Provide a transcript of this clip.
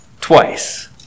twice